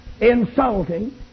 insulting